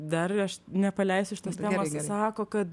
dar aš nepaleisiu šitos temos sako kad